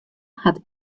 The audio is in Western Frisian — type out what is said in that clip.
hat